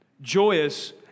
joyous